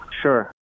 Sure